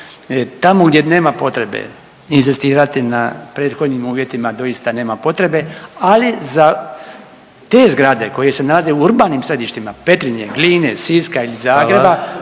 Tamo gdje nema potrebe inzistirati na prethodnim uvjetima doista nema potrebe, ali za te zgrade koje se nalaze u urbanim središtima Petrinje, Gline, Siska ili Zagreba